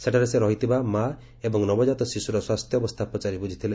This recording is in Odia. ସେଠାରେ ସେ ରହିଥିବା ମା ଏବଂ ନବଜାତ ଶିଶୁର ସ୍ୱାସ୍ଥ୍ୟ ଅବସ୍ଥା ପଚାରି ବୁଝିଥିଲେ